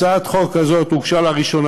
הצעת החוק הזאת הוגשה לראשונה,